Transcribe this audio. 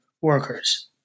workers